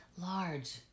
large